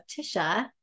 Tisha